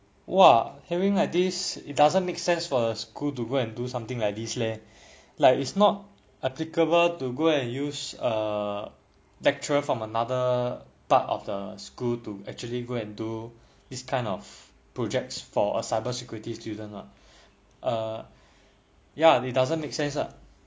!wah! hearing like this it doesn't make sense for the school to go and do something like this leh like it's not applicable to go and use a lecturer from another part of the school to actually go and do these kind of projects for a cyber security student lah uh ya and it doesn't make sense ah